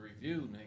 review